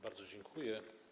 Bardzo dziękuję.